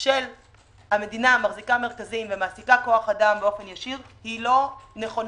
של המדינה מחזיקה מרכזים ומעסיקה כוח אדם באופן ישיר לא נכונה,